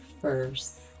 first